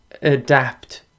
adapt